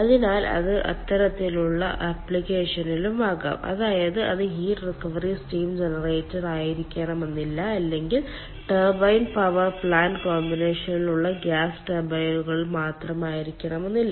അതിനാൽ അത് അത്തരത്തിലുള്ള ആപ്ലിക്കേഷനിലും ആകാം അതായത് അത് ഹീറ്റ് റിക്കവറി സ്റ്റീം ജനറേറ്റർ ആയിരിക്കണമെന്നില്ല അല്ലെങ്കിൽ ടർബൈൻ പവർ പ്ലാന്റ് കോമ്പിനേഷനിലുള്ള ഗ്യാസ് ടർബൈനുകളിൽ മാത്രമായിരിക്കണമെന്നില്ല